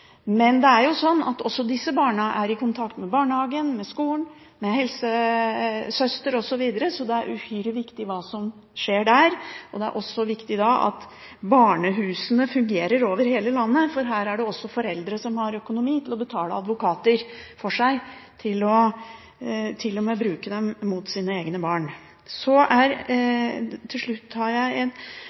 Men det er jo sånn at også disse barna er i kontakt med barnehagen, med skolen og med helsesøster osv., så det er uhyre viktig hva som skjer der. Det er også viktig at barnehusene fungerer over hele landet, for her er det foreldre som har økonomi til å betale advokater for til og med å bruke dem mot sine egne barn. Til slutt: Jeg